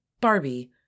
Barbie